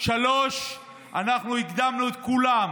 3. אנחנו הקדמנו את כולם